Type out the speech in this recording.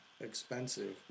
expensive